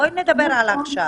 בואי נדבר על עכשיו.